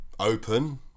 open